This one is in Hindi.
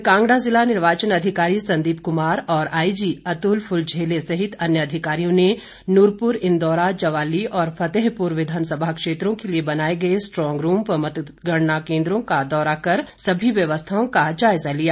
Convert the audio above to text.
इधर कांगड़ा जिला निर्वाचन अधिकारी संदीप कुमार और आई जी अतुल फुलझेले सहित अन्य अधिकारियों ने नूरपुर इंदौरा ज्वाली और फतेहरपुर विधानसभा क्षेत्रों के लिए बनाए गए स्ट्रांग रूम व मतगणना केन्द्रों का दौरा कर सभी व्यवस्थाओं का जायजा लिया